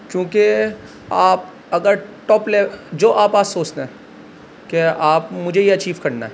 چونکہ آپ اگر ٹاپ لے جو آپ آج سوچتے ہیں کہ آپ مجھے یہ اچیو کرنا ہے